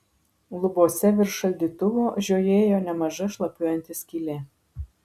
lubose virš šaldytuvo žiojėjo nemaža šlapiuojanti skylė